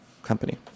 company